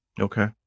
Okay